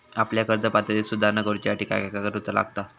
आपल्या कर्ज पात्रतेत सुधारणा करुच्यासाठी काय काय करूचा लागता?